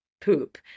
poop